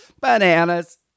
bananas